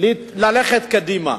ללכת קדימה,